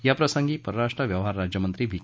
याप्रसंगी परराष्ट्र व्यवहार राज्यमंत्री व्ही